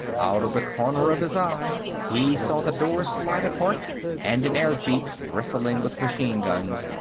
out of the corner of his eye, he saw the doors slide apart and an airjeep, bristling with machine guns,